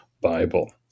Bible